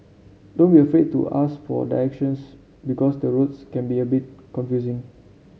don't be afraid to ask for directions because the roads can be a bit confusing